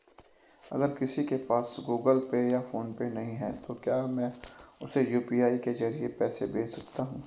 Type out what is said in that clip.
अगर किसी के पास गूगल पे या फोनपे नहीं है तो क्या मैं उसे यू.पी.आई के ज़रिए पैसे भेज सकता हूं?